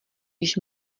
již